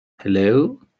Hello